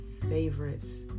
favorites